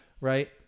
right